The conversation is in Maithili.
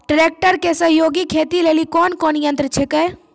ट्रेकटर के सहयोगी खेती लेली कोन कोन यंत्र छेकै?